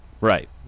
Right